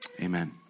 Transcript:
Amen